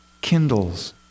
kindles